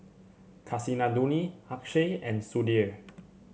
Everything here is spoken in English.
Kasinadhuni Akshay and Sudhir